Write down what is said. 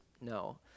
No